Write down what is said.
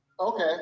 Okay